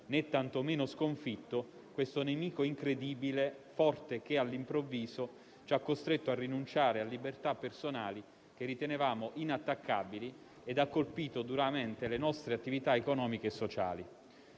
né tantomeno sconfitto, questo nemico incredibilmente forte che, all'improvviso, ci ha costretto a rinunciare a libertà personali, che ritenevamo inattaccabili, e ha colpito duramente le nostre attività economiche e sociali.